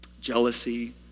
jealousy